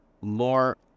more